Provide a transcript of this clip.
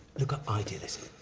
look up idealism.